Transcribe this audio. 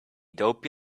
dope